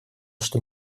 что